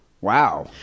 Wow